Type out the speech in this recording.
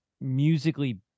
musically